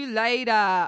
later